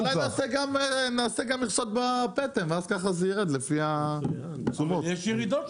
אני רוצה רגע להגיד,